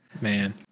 man